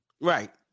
Right